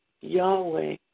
Yahweh